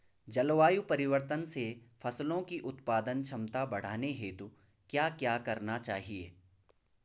जलवायु परिवर्तन से फसलों की उत्पादन क्षमता बढ़ाने हेतु क्या क्या करना चाहिए?